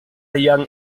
young